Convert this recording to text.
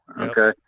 Okay